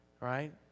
right